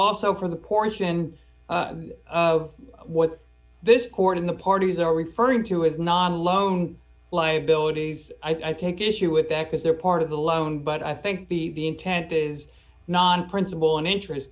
also from the portion of what this court in the parties are referring to is not a loan liabilities i take issue with that because they're part of the loan but i think the intent is not principal and interest